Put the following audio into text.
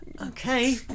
Okay